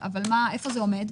איפה זה עומד?